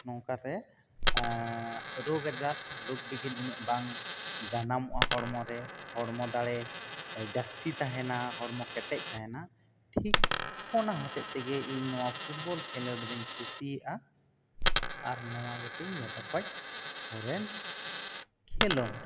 ᱱᱚᱝᱠᱟ ᱥᱮ ᱨᱳᱜᱽ ᱟᱡᱟᱨ ᱨᱳᱜᱽ ᱵᱤᱜᱷᱤᱱ ᱩᱱᱟᱹᱜ ᱵᱟᱝ ᱡᱟᱱᱟᱢᱚᱜᱼᱟ ᱦᱚᱲᱢᱚ ᱨᱮ ᱦᱚᱲᱢᱚ ᱫᱟᱲᱮ ᱡᱟᱹᱥᱛᱤ ᱛᱟᱦᱮᱱᱟ ᱦᱚᱲᱢᱚ ᱠᱮᱴᱮᱡ ᱛᱟᱦᱮᱱ ᱴᱷᱤᱠ ᱚᱱᱟ ᱦᱚᱛᱮᱛᱮ ᱜᱮ ᱤᱧ ᱱᱚᱣᱟ ᱯᱷᱩᱴᱵᱚᱞ ᱠᱷᱮᱞᱳᱰ ᱫᱚᱹᱧ ᱠᱩᱥᱤᱭᱟᱜᱼᱟ ᱟᱨ ᱱᱚᱣᱟ ᱜᱮ ᱛᱮᱧ ᱡᱷᱚᱛᱚ ᱠᱷᱚᱱ ᱥᱚᱨᱮᱥ ᱠᱷᱮᱞᱳᱰ